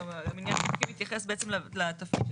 גם המניין חוקי מתייחס בעצם לתפקיד של